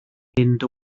fynd